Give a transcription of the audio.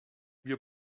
wir